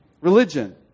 religion